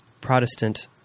Protestant